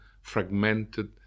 fragmented